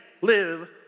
live